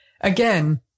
Again